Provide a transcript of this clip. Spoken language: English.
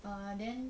err then